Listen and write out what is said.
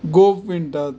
गोफ विणटात